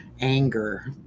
anger